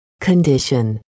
Condition